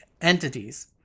entities